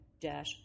Dash